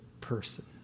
person